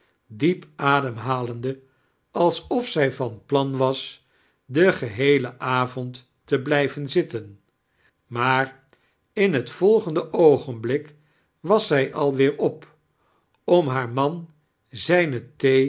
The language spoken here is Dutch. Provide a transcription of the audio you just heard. diep adenihalende alsof zij van plan was den geheeleta avond te blijven zitten maar in het volgende oogenibliik was zij al weer op om haar man zijne